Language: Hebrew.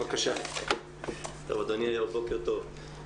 בוקר טוב.